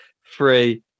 free